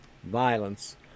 violence